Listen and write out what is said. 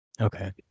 Okay